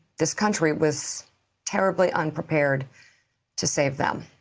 this country was terribly unprepared to save them.